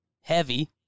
heavy